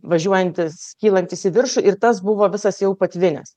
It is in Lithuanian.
važiuojantis kylantis į viršų ir tas buvo visas jau patvinęs